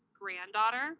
granddaughter